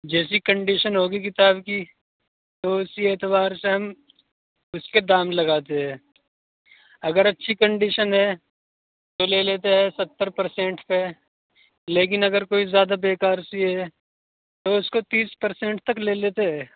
جیسی کنڈیشن ہوگی کتاب کی تو اسی اعتبار سے ہم اس کے دام لگاتے ہے اگر اچھی کنڈیشن ہے تو لے لیتے ہیں ستّر پرسینٹ پہ لیکن اگر کوئی زیادہ بےکار سی ہے تو اس کو تیس پرسینٹ تک لے لیتے ہے